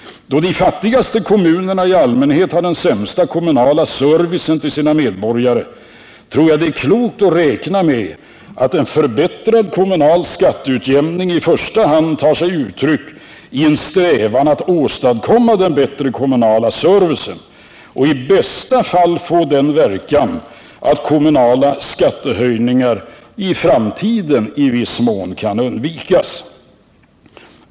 Då de fattigaste kommunerna i allmänhet har den sämsta kommunala servicen till sina medborgare tror jag att det är klokt att räkna med att en förbättrad kommunal skatteujämning i första hand tar sig uttryck i en strävan att åstadkomma en bättre kommunal service — och i bästa fall får den verkan att kommunala skattehöjningar i framtiden i viss mån kan undvikas.